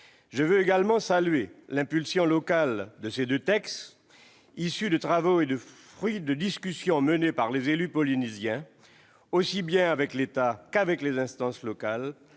Je veux également saluer l'impulsion locale de ces deux textes, issus de travaux et fruits de discussions menés par les élus de Polynésie aussi bien avec l'État qu'avec les instances locales,